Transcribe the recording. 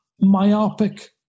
myopic